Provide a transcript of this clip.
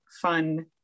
fun